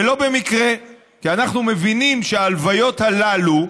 ולא במקרה, כי אנחנו מבינים, שההלוויות הללו,